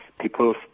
People